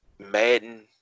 Madden